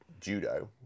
judo